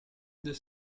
the